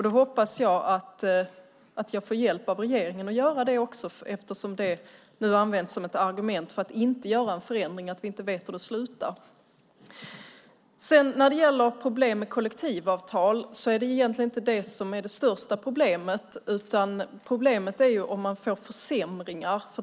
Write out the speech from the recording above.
Då hoppas jag att jag får hjälp av regeringen att göra det, eftersom detta att vi inte vet hur det slutar nu används som ett argument för att inte göra en förändring. När det gäller problem med kollektivavtal är det egentligen inte det som är det största problemet, utan problemet är om man får försämringar.